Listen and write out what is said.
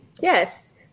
Yes